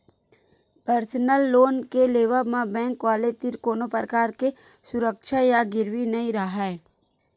personal loan के लेवब म बेंक वाले तीर कोनो परकार के सुरक्छा या गिरवी नइ राहय